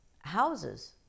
houses